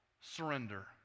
surrender